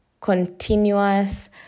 continuous